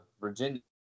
Virginia